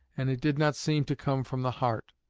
and it did not seem to come from the heart.